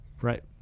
right